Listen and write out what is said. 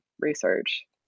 research